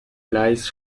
lies